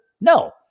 No